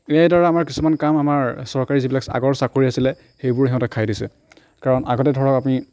ইয়াৰদ্ৱাৰা আমাৰ কিছুমান কাম আমাৰ চৰকাৰী যিবিলাক আগৰ চাকৰি আছিলে সেইবোৰ সিহঁতে খাই দিছে কাৰণ আগতে ধৰক আপুনি